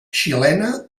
xilena